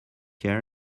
year